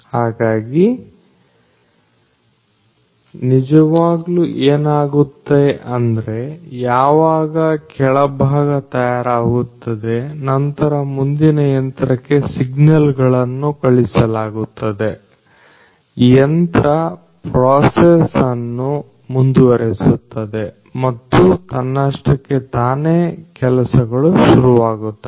ಹಾಗಾಗಿ ನಿಜವಾಗ್ಲೂ ಏನಾಗುತ್ತೆ ಅಂದ್ರೆ ಯಾವಾಗ ಕೆಳಭಾಗ ತಯಾರಾಗುತ್ತದೆ ನಂತರ ಮುಂದಿನ ಯಂತ್ರಕ್ಕೆ ಸಿಗ್ನಲ್ ಗಳನ್ನು ಕಳುಹಿಸಲಾಗುತ್ತದೆ ಯಂತ್ರ ಪ್ರೋಸೆಸ್ ಅನ್ನು ಮುಂದುವರೆಸುತ್ತದೆ ಮತ್ತು ತನ್ನಷ್ಟಕ್ಕೆ ತಾನೆ ಕೆಲಸಗಳು ಶುರುವಾಗುತ್ತವೆ